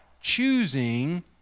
choosing